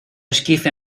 esquife